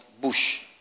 Bush